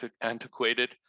antiquated